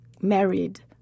married